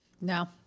No